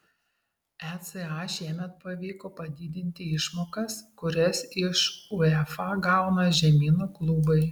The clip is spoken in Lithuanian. eca šiemet pavyko padidinti išmokas kurias iš uefa gauna žemyno klubai